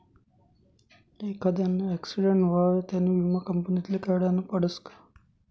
एखांदाना आक्सीटेंट व्हवावर त्यानी विमा कंपनीले कयायडनं पडसं का